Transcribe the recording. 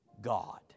God